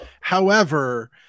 However-